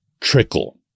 trickle